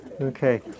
Okay